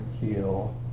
heel